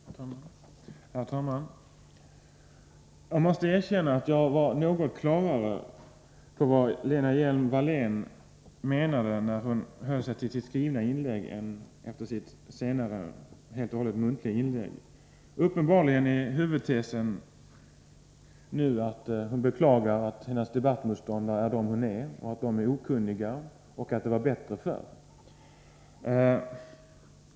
Herr talman! Jag måste erkänna att jag var något mer på det klara med vad Lena Hjelm-Wallén menade när hon höll sig till sitt skrivna anförande än när hon gjorde sitt senaste inlägg utan skrivet underlag. Uppenbarligen är huvudtesen nu att hon beklagar att hennes debattmotståndare är de som de är, att de är okunniga och att det var bättre förr.